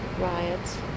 riots